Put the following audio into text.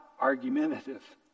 argumentative